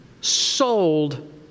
sold